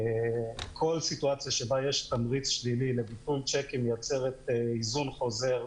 כל סיטואציה שבה יש תמריץ שלילי לביטול שיקים מייצרת איזון חוזר,